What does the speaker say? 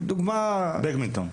כמו בדמינטון,